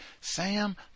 Sam